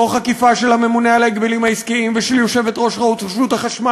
תוך עקיפה של הממונה על ההגבלים העסקיים ושל יושבת-ראש רשות החשמל,